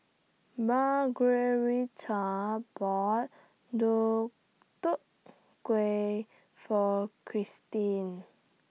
Margueritta bought Deodeok Gui For Kristin